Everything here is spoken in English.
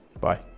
bye